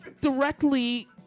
directly